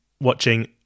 watching